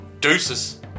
deuces